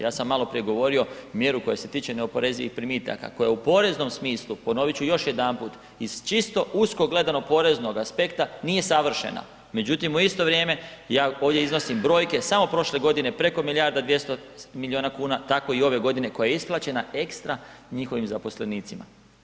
Ja sam maloprije govorio mjeru koja se tiče neoporezivih primitaka koja je u poreznom smislu, ponovit ću još jedanput iz čisto usko gledanoga poreznoga aspekta nije savršena, međutim u isto vrijeme ja ovdje iznosim brojke, samo prošle godine preko milijarda 200 miliona kuna, tako i ove godine koja je isplaćena ekstra njihovim zaposlenicima.